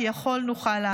כי יכול נוכל לה".